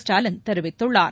ஸ்டாலின் தெரிவித்துள்ளார்